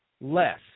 less